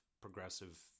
progressive